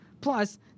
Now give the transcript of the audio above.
Plus